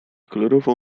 kolorową